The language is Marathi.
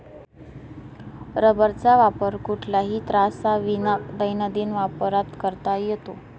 रबराचा वापर कुठल्याही त्राससाविना दैनंदिन वापरात करता येतो